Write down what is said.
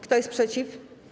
Kto jest przeciw?